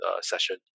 session